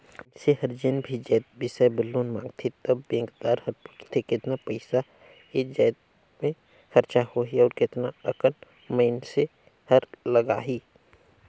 मइनसे हर जेन भी जाएत बिसाए बर लोन मांगथे त बेंकदार हर पूछथे केतना पइसा ए जाएत में खरचा होही अउ केतना अकन मइनसे हर लगाही